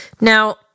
Now